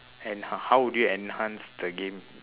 and how how will you enhance the game